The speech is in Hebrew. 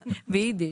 אמיתי.